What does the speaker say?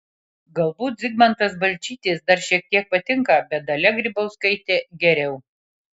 galbūt zigmantas balčytis dar šiek tiek patinka bet dalia grybauskaitė geriau